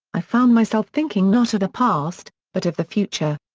i found myself thinking not of the past, but of the future.